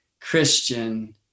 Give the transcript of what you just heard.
Christian